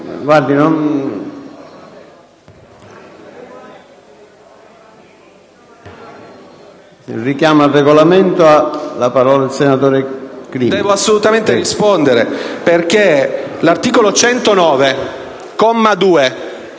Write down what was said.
devo assolutamente rispondere, perché l'articolo 109,